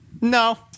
No